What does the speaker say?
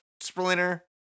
splinter